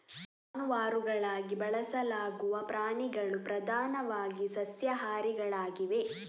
ಜಾನುವಾರುಗಳಾಗಿ ಬಳಸಲಾಗುವ ಪ್ರಾಣಿಗಳು ಪ್ರಧಾನವಾಗಿ ಸಸ್ಯಾಹಾರಿಗಳಾಗಿವೆ